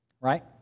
right